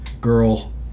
girl